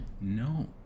no